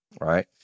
right